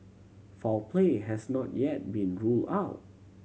foul play has not yet been ruled out